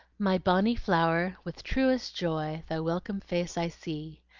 my bonnie flower, with truest joy thy welcome face i see,